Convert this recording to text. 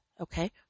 okay